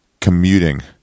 commuting